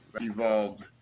evolved